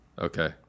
Okay